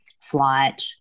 flight